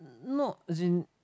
not as in